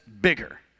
bigger